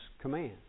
command